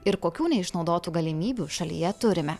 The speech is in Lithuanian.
ir kokių neišnaudotų galimybių šalyje turime